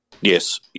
Yes